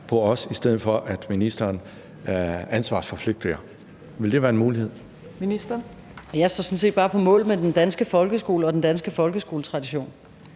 på os – i stedet for at ministeren ansvarsforflygtiger . Ville det være en mulighed?